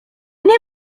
nie